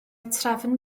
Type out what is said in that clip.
trefn